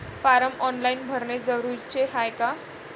Form online भरने जरुरीचे हाय का?